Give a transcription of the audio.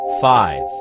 Five